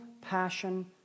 passion